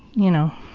you know,